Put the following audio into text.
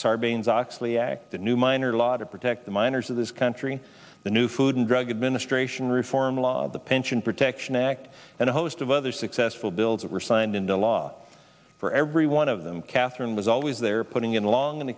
sarbanes oxley act the new minor law to protect the miners of this country the new food and drug administration reform law the pension protection act and a host of other successful bills were signed into law for every one of them catherine was always there putting in long and